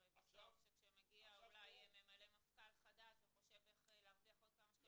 הרי כשמגיע ממלא מקום מפכ"ל חדש וחושב איך להרוויח עוד כמה שקלים,